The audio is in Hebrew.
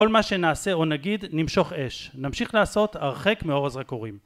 כל מה שנעשה או נגיד נמשוך אש, נמשיך לעשות הרחק מעורז הקוראים